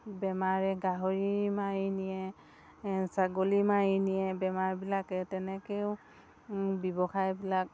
বেমাৰে গাহৰি মাৰি নিয়ে ছাগলী মাৰি নিয়ে বেমাৰবিলাকে তেনেকৈয়ো ব্যৱসায়বিলাক